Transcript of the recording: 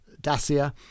Dacia